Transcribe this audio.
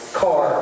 car